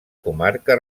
comarca